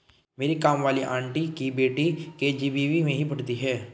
मेरी काम वाली आंटी की बेटी के.जी.बी.वी में ही पढ़ती है